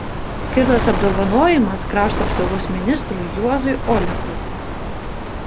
skirtas apdovanojimas krašto apsaugos ministrui juozui olekui